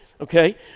okay